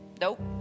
Nope